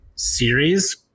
series